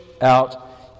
out